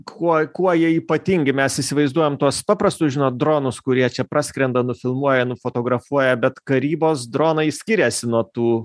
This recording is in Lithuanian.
kuo kuo jie ypatingi mes įsivaizduojam tuos paprastus žinot dronus kurie čia praskrenda nufilmuoja nufotografuoja bet karybos dronai skiriasi nuo tų